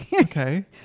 Okay